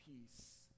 peace